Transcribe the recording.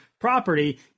property